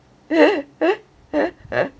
eh eh eh eh